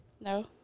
No